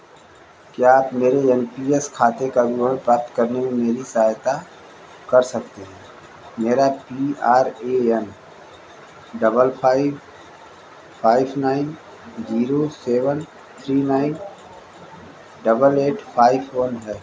क्या आप मेरे यन पी एस खाते का विवरण प्राप्त करने में मेरी सहायता कर सकते हैं मेरा P R A N double five five nine zero seven three nine double eight five one है